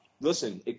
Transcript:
listen –